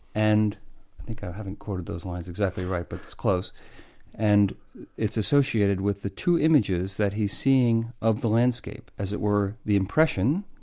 and i think i haven't quoted those lines exactly right, but it's close and it's associated with the two images that he's seeing of the landscape as it were, the impression